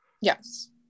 Yes